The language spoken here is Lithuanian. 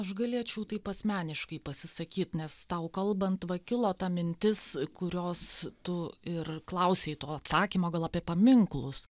aš galėčiau taip asmeniškai pasisakyt nes tau kalbant va kilo ta mintis kurios tu ir klausei to atsakymo gal apie paminklus